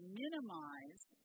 minimize